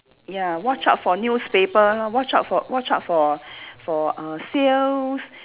ya watch out for newspaper watch out for watch out for for uh sales